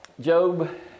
Job